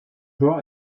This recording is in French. joueur